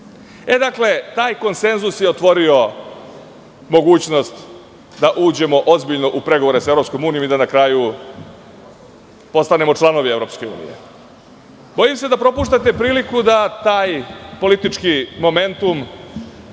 na KiM.Taj konsenzus je otvorio mogućnost da uđemo u ozbiljne u pregovore sa EU i da na kraju postanemo članovi EU.Bojim se da propuštate priliku da taj politički momentum